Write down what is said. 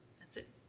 that's it.